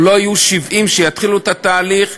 ולא יהיו 70 שיתחילו את התהליך,